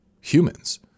humans